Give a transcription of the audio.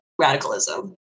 radicalism